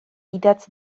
idatz